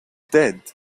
dead